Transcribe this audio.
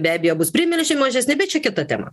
be abeja bus primilžiai mažesni bet čia kita tema